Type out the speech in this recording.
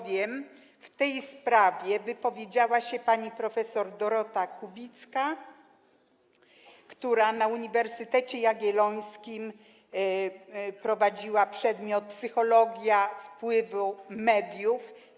W tej sprawie wypowiedziała się bowiem pani prof. Dorota Kubicka, która na Uniwersytecie Jagiellońskim prowadziła przedmiot: psychologia wpływu mediów.